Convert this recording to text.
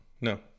no